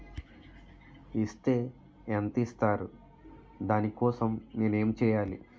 Is తే ఎంత ఇస్తారు దాని కోసం నేను ఎంచ్యేయాలి?